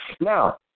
now